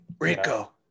Rico